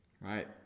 Right